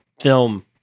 film